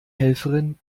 helferin